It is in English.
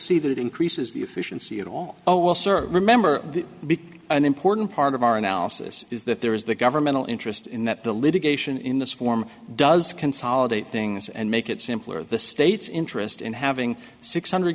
see that it increases the efficiency at all oh well sir remember the big and important part of our analysis is that there is the governmental interest in that the litigation in this form does consolidate things and make it simpler the state's interest in having six hundred